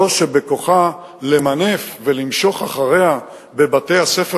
זו שבכוחה למנף ולמשוך אחריה בבתי-הספר